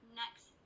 next